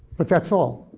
but that's all.